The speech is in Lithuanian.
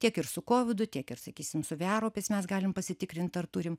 tiek ir su kovidu tiek ir sakysim su vėjaraupiais mes galim pasitikrint ar turim